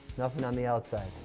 nothing on the outside.